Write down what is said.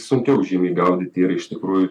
sunkiau žymiai gaudyti yra iš tikrųjų